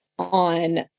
on